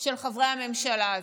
של חברי הממשלה הזאת.